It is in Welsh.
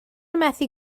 methu